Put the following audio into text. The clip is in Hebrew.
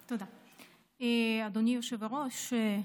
תודה, אדוני היושב-ראש.